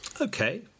Okay